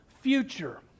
future